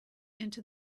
into